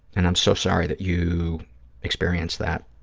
and i'm so sorry that you experienced that.